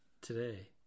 today